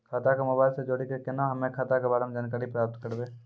खाता के मोबाइल से जोड़ी के केना हम्मय खाता के बारे मे जानकारी प्राप्त करबे?